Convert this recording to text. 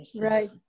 Right